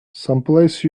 someplace